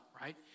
right